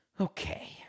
Okay